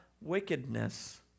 wickedness